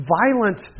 violent